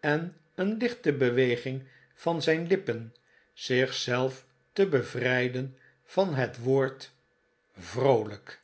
en een lichte beweging van zijn lippen zichzelf te bevrijden van het woord vroolijk